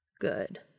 Good